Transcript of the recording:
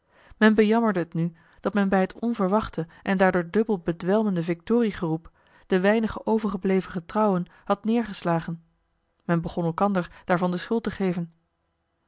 men bejammerde het nu dat men bij het onverwachte en daardoor dubbel bedwelmende victoriegeroep de weinige overgebleven getrouwen had neergeslagen men begon elkander daarvan de schuld te geven